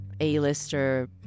A-lister